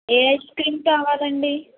ఏ ice cream కావాలి అండి